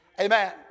Amen